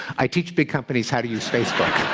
i teach big companies how to use facebook.